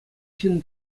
ҫын